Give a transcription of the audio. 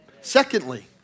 Secondly